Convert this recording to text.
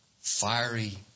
fiery